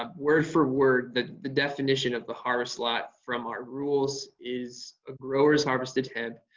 um word for word, the the definition of the harvest lot from our rules is a grower's harvest and hemp,